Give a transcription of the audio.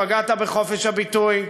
פגעת בחופש הביטוי.